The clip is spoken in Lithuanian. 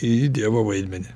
į dievo vaidmenį